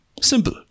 simple